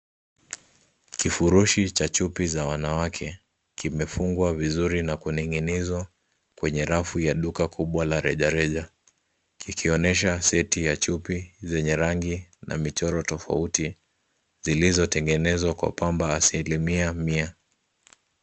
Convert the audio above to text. Kifurushi cha chupi za wanawake, kimefungwa vizuri na kuning'inizwa, kwenye rafu ya duka kubwa la rejareja. Kikionyesha seti ya chupi, zenye rangi, na michoro tofauti. Zilizotengenezwa kwa pamba asilimia mia.